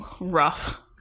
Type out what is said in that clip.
rough